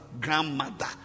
Grandmother